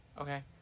Okay